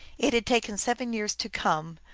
it had taken seven years to come,